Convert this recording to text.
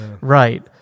Right